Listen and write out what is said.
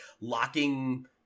locking